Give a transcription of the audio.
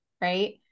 right